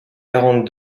quarante